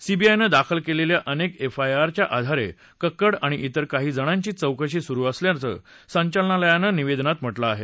सीबीआयनं दाखल केलेल्या अनेक एफआयआरच्या आधारे कक्कड आणि त्रेर काही जणांची चौकशी सुरु असल्याचं संचालनालयानं निवेदनात म्हटलं आहे